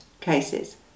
cases